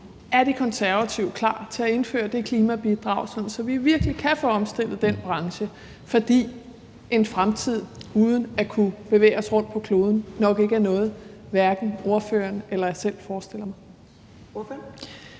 Er De Konservative klar til at indføre det klimabidrag, så vi virkelig kan få omstillet den branche, for en fremtid uden at kunne bevæge os rundt på kloden er nok ikke noget, hverken ordføreren eller jeg selv forestiller os?